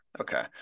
okay